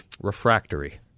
Refractory